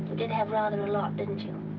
did have rather a lot, didn't you?